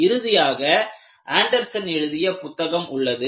இறுதியாக ஆண்டர்சன் எழுதிய புத்தகம் உள்ளது